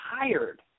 tired